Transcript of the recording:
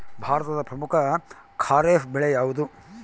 ಭಾರತದ ಪ್ರಮುಖ ಖಾರೇಫ್ ಬೆಳೆ ಯಾವುದು?